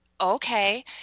Okay